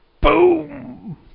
Boom